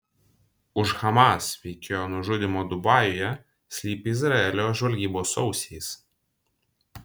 už hamas veikėjo nužudymo dubajuje slypi izraelio žvalgybos ausys